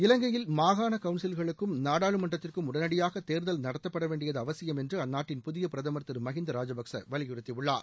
இலங்கையில் மாகாண கவுன்சில்களுக்கும் நாடாளுமன்றத்திற்கும் உடனடியாக தேர்தல் நடத்தப்பட வேண்டியது அவசியம் என்று அந்நாட்டின் புதிய பிரதமர் திரு மஹிந்த ராஜபக்சே வலியுறுத்தியுள்ளார்